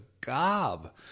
gob